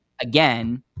again